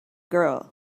girl